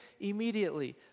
immediately